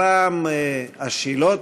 הפעם השאלות,